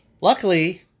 Luckily